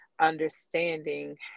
understanding